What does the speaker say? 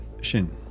Shin